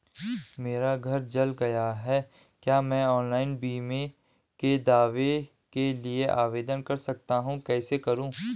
मेरा घर जल गया है क्या मैं ऑनलाइन बीमे के दावे के लिए आवेदन कर सकता हूँ कैसे करूँ?